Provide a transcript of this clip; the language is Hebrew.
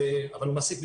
אבל הוא מעסיק,